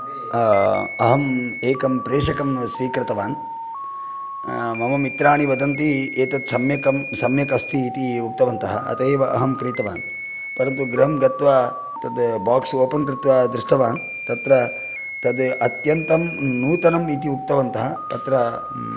अहम् एकं प्रेषकं स्वीकृतवान् मम मित्राणि वदन्ति एतद् सम्यक् अस्ति इति उक्तवन्तः अत एव अहं क्रीतवान् परन्तु गृहं गत्वा तद् बाक्स् ओपन् कृत्वा दृष्टवान् तत्र तद् अत्यन्तं नूतनम् इति उक्तवन्तः तत्र